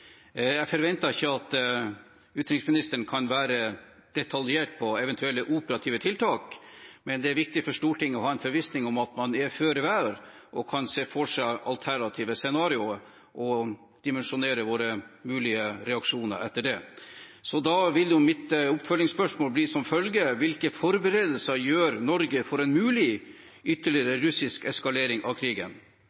Jeg forventer ikke at utenriksministeren kan være detaljert på eventuelle operative tiltak, men det er viktig for Stortinget å ha en forvissning om at man er føre var og kan se for seg alternative scenarioer og dimensjonere våre mulige reaksjoner etter det. Da vil mitt oppfølgingsspørsmål bli som følger: Hvilke forberedelser gjør Norge for en mulig ytterligere